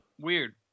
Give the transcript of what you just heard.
weird